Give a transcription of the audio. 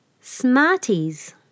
Smarties